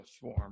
form